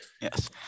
Yes